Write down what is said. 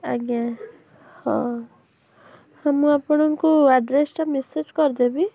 ଆଜ୍ଞା ହଁ ହଁ ମୁଁ ଆପଣଙ୍କୁ ଆଡ୍ରେସ୍ ଟା ମେସେଜ୍ କରିଦେବି